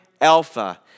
alpha